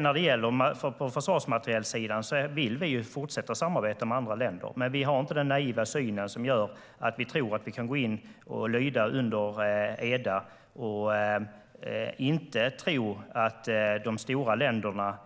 När det gäller försvarsmaterielsidan vill vi fortsätta samarbeta med andra länder, men vi har inte den naiva synen att vi tror att vi kan gå in och lyda under Eda och samtidigt inte tro att de större länderna